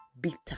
bitter